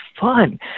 fun